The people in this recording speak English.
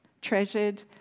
treasured